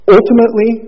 Ultimately